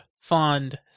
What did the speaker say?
fond